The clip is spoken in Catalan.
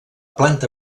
planta